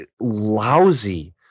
lousy